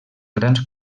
grans